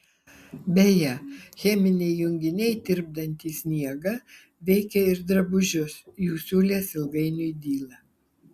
beje cheminiai junginiai tirpdantys sniegą veikia ir drabužius jų siūlės ilgainiui dyla